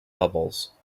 bubbles